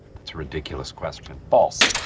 that's a ridiculous question. false.